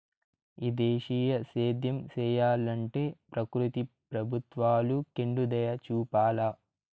ఈ దేశీయ సేద్యం సెయ్యలంటే ప్రకృతి ప్రభుత్వాలు కెండుదయచూపాల